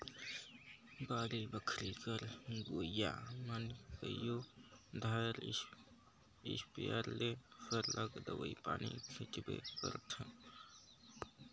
बाड़ी बखरी कर लगोइया मन कइयो धाएर इस्पेयर ले सरलग दवई पानी छींचबे करथंे